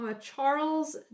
Charles